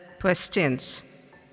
questions